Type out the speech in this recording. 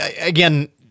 again